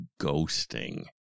ghosting